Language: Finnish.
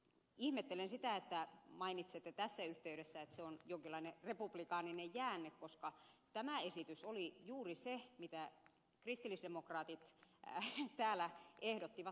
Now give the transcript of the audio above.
ihmettelen sitä että mainitsette tässä yhteydessä että se on jonkinlainen republikaaninen jäänne koska tämä esitys oli juuri se mitä kristillisdemokraatit täällä ehdottivat kumottavaksi